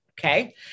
Okay